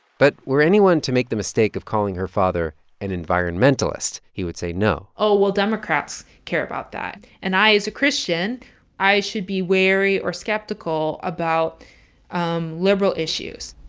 but were anyone to make the mistake of calling her father an environmentalist, he would say no oh, well, democrats care about that. and i, as a christian i should be wary or skeptical about um liberal issues.